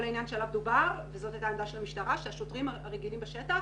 כל העניין שעליו דובר וזו הייתה גם עמדת המשטרה שלשוטרים הרגילים בשטח